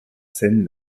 scène